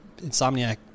insomniac